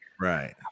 right